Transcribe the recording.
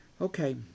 Okay